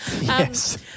Yes